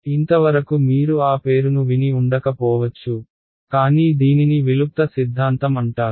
ఇంతవరకు మీరు ఆ పేరును విని ఉండక పోవచ్చు కానీ దీనిని విలుప్త సిద్ధాంతం అంటారు